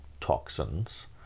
toxins